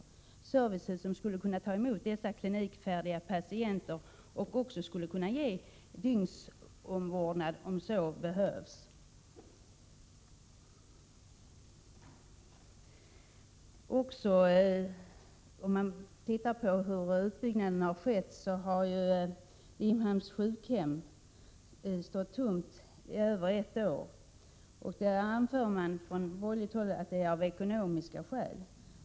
Det är servicehus som skulle kunna ta emot dessa klinikfärdiga patienter och ge dygnsomvårdnad om så behövs. Vad gäller utbyggnad vill jag påpeka att Limhamns sjukhem stått tomt i över ett år. Från borgerligt håll säger man att det är av ekonomiska skäl.